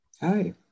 Hi